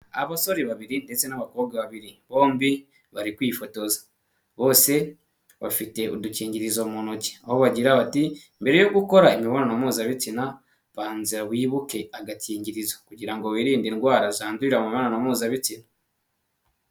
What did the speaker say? Abasore babiri ndetse n'abakobwa babiri bombi bari kwifotoza, bose bafite udukingirizo mu ntoki aho bagira bati mbere yo gukora imibonano mpuzabitsina, banza wibuke agakingirizo kugira ngo wirinde indwara zandurira mu mibonano mpuzabitsina.